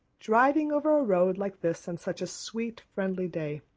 driving over a road like this on such a sweet, friendly day.